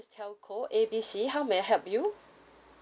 hello this is telco A BC how may I help you